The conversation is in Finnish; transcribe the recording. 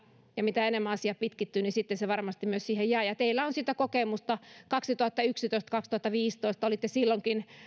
ja mitä enemmän asia pitkittyy niin sitten se varmasti myös siihen jää teillä on siitä kokemusta kaksituhattayksitoista viiva kaksituhattaviisitoista olitte silloinkin